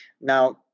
Now